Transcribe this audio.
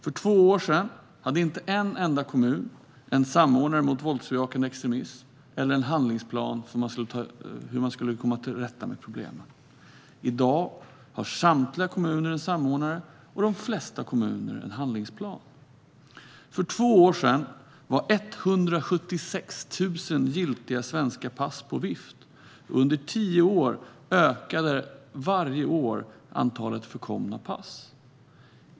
För två år sedan hade inte en enda kommun en samordnare mot våldsbejakande extremism eller en handlingsplan för hur man skulle komma till rätta med problemen. I dag har samtliga kommuner en samordnare och de flesta kommuner en handlingsplan. För två år sedan var 176 000 giltiga svenska pass på vift. Under tio år ökade antalet förkomna pass varje år.